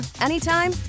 anytime